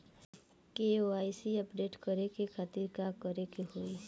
KYC update करे के खातिर का करे के होई?